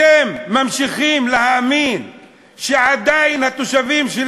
אתם ממשיכים להאמין שעדיין התושבים של